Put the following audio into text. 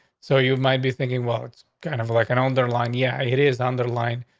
so you might be thinking, well, it's kind of like an underline. yeah, it is. underline.